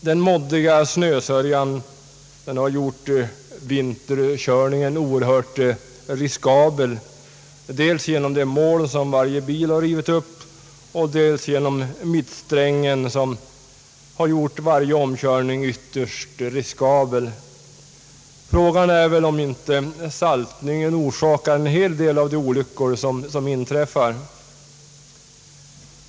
Den moddiga snösörjan har gjort vinterkörningen oerhört riskabel, dels genom det moln som varje bil har rivit upp, dels genom mittsträngen som har gjort varje omkörning ytterst riskabel. Frågan är väl om inte saltningen orsakar åtskilliga av de olyckor som inträffar.